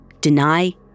deny